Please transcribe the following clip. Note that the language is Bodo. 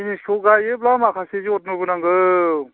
जिनिसखौ गायोब्ला माखासे जथन'बो नांगौ